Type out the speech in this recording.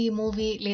movie